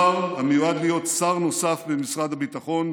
שר המיועד להיות שר נוסף במשרד הביטחון,